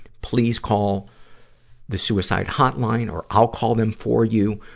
please call the suicide hotline or i'll call them for you.